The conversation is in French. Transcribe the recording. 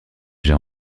j’ai